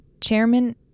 chairman